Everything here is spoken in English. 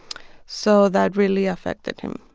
so that really affected him.